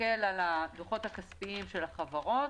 מסתכל על הדוחות הכספיים של החברות,